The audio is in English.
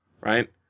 right